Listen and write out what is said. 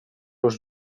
los